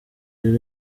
rero